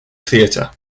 theatre